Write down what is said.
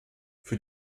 für